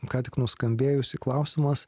ką tik nuskambėjusį klausimas